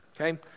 okay